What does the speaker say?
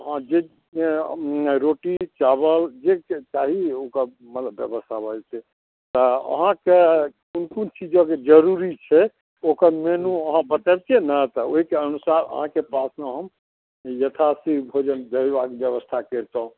हँ जे रोटी चावल जे किछु चाही ओकर व्यवस्था भऽ जेतै तऽ अहाँकेँ कोन कोन चीज अभी जरुरी छै ओकर मेनु अहाँ बताबितियै ने तऽ ओहिके अनुसार अहाँकेँ पासमे हम यथाशीघ्र भोजन भेजबाक व्यवस्था करितहुँ